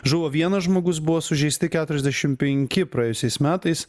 žuvo vienas žmogus buvo sužeisti keturiasdešim penki praėjusiais metais